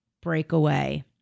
breakaway